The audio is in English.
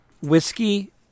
whiskey